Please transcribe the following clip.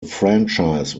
franchise